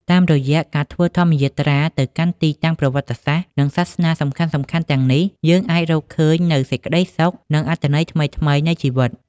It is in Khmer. តាមរយៈការធ្វើធម្មយាត្រាទៅកាន់ទីតាំងប្រវត្តិសាស្ត្រ និងសាសនាសំខាន់ៗទាំងនេះ យើងអាចរកឃើញនូវសេចក្តីសុខ និងអត្ថន័យថ្មីៗនៃជីវិត។